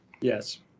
yes